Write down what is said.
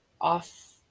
off